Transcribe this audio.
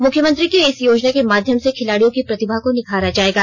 मुख्यमंत्री ने इस योजना के माध्यम से खिलाड़ियों की प्रतिभा को निखारा जायेगा